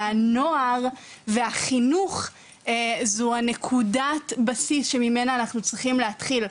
והנוער והחינוך זו נקודת הבסיס שממנה אנחנו צריכים להתחיל.